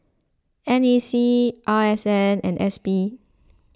N A C R S N and S P